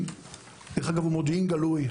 גלוי: